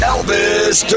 Elvis